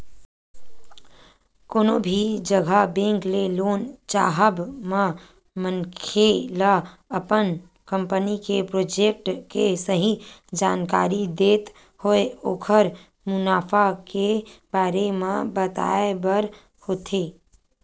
कोनो भी जघा बेंक ले लोन चाहब म मनखे ल अपन कंपनी के प्रोजेक्ट के सही जानकारी देत होय ओखर मुनाफा के बारे म बताय बर होथे